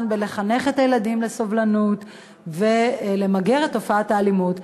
ולחנך את הילדים לסובלנות ולמגר את תופעת האלימות.